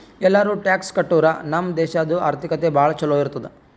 ಎಲ್ಲಾರೂ ಟ್ಯಾಕ್ಸ್ ಕಟ್ಟುರ್ ನಮ್ ದೇಶಾದು ಆರ್ಥಿಕತೆ ಭಾಳ ಛಲೋ ಇರ್ತುದ್